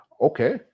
Okay